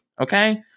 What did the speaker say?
Okay